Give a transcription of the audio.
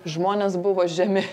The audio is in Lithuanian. žmonės buvo žemi